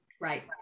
Right